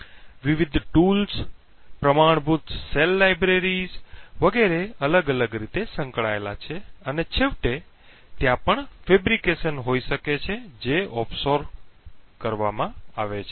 વિવિધ સાધનો પ્રમાણભૂત સેલ લાઇબ્રેરીઓ વગેરે અલગ અલગ રીતે સંકળાયેલા છે અને છેવટે ત્યાં પણ બનાવટ હોઈ શકે છે જે ઑફશોર કરવામાં આવે છે